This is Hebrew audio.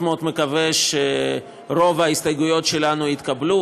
ואני מאוד מאוד מקווה שרוב ההסתייגויות שלנו יתקבלו.